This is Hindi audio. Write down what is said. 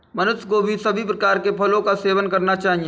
मनुष्य को सभी प्रकार के फलों का सेवन करना चाहिए